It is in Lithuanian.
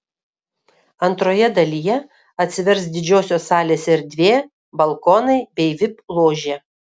antroje dalyje atsivers didžiosios salės erdvė balkonai bei vip ložė